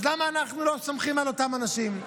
אז למה אנחנו לא סומכים על אותם אנשים?